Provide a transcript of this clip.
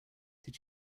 did